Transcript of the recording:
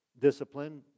Discipline